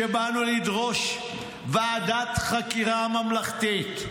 שבאנו לדרוש ועדת חקירה ממלכתית,